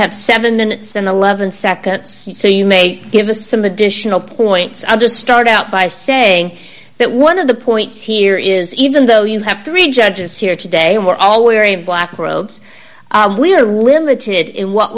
have seven minutes and eleven seconds so you may give us some additional points i'll just start out by saying that one of the points here is even though you have three judges here today we're all wearing black robes we're limited in what